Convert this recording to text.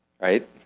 Right